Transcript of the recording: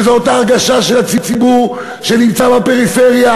וזאת ההרגשה של הציבור שנמצא בפריפריה,